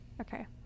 okay